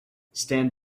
stand